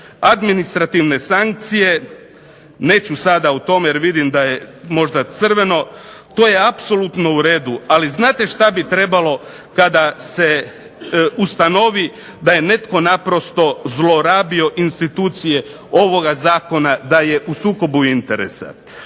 Administrativne sankcije, neću sada o tome jer vidim da je možda crveno. To je apsolutno uredu. Ali znate što bi trebalo kada se ustanovi da je netko naprosto zlorabio institucije ovoga zakona, da je u sukobu interesa.